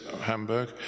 Hamburg